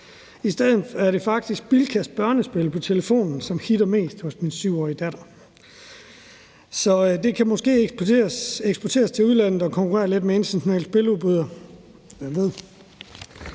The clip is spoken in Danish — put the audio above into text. I stedet er det faktisk Bilkas børnespil på telefonen, som hitter mest hos min 7-årige datter. Så det kan måske eksporteres til udlandet og konkurrere lidt med internationale spiludbydere, hvem ved.